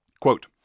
Quote